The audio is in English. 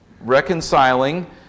reconciling